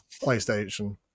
PlayStation